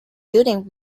building